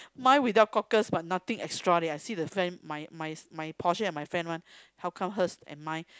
mine without cockles but nothing extra leh then I see the friend my my portion and my friend one how come hers and mine